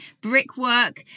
brickwork